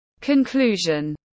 Conclusion